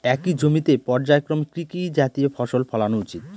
একই জমিতে পর্যায়ক্রমে কি কি জাতীয় ফসল ফলানো উচিৎ?